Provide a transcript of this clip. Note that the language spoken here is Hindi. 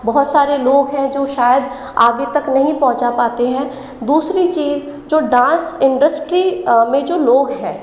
बहुत सारे लोग हैं जो शायद आगे तक नहीं पहुंचा पाते हैं दूसरी चीज़ जो डांस इंडस्ट्री में जो लोग हैं